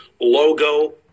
logo